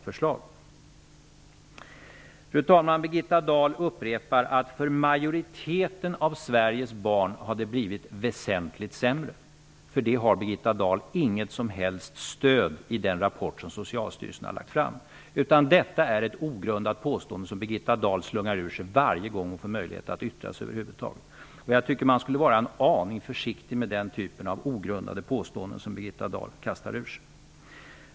Fru talman! Birgitta Dahl upprepade att det för majoriteten av Sveriges barn har blivit väsentligt sämre. För det har Birgitta Dahl inget som helst stöd i den rapport som Socialstyrelsen har lagt fram. Detta är ett ogrundat påstående, som Birgitta Dahl slungar ur sig varje gång hon får möjlighet att yttra sig. Jag tycker att man skall vara en aning försiktig med den typen av ogrundade påståenden som Birgitta Dahl kastar ur sig.